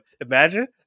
Imagine